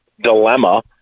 dilemma